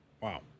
Wow